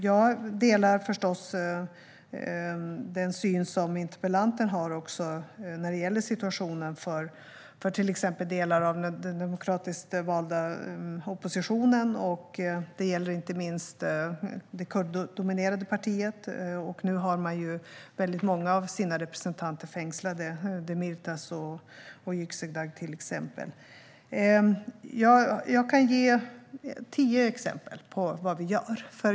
Jag delar förstås den syn som interpellanten har när det gäller situationen för till exempel delar av den demokratiskt valda oppositionen. Det gäller inte minst det kurddominerade partiet. Nu har man många av sina representanter fängslade, Demirtas och Yüksekdag till exempel. Jag kan ge tio exempel på vad vi gör.